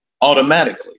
automatically